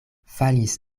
falis